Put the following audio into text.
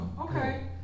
Okay